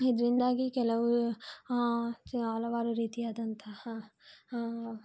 ಇದರಿಂದಾಗಿ ಕೆಲವು ಹಲವಾರು ರೀತಿಯಾದಂತಹ